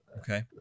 Okay